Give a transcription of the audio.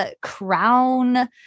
crown